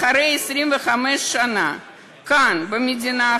ואחרי 25 שנה כאן במדינה,